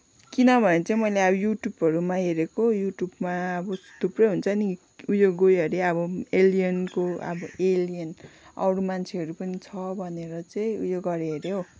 किनभने चाहिँ अब मैले अब युट्युबहरूमा हेरेको युट्युबमा अब थुप्रै हुन्छ नि उयो गयो अरे अब एलियनको अब एलियन अरू मान्छेहरू पनि छ भनेर चाहिँ उयो गऱ्यो अरे हौ